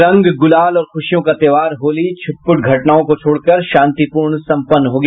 रंग गुलाल और खुशियों का त्योहार होली छिटपुट घटना को छोड़कर शांतिपूर्ण सम्पन्न हो गया